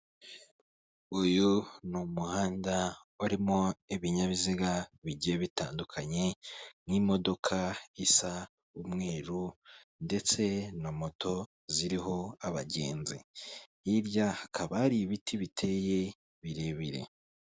Uyu ni umuhanda warimo ibinyabiziga bigiye bitandukanye, nk'imodoka isa umweru ndetse na moto ziriho abagenzi, hirya hakaba hari ibiti biteye birebire.